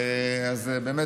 באמת,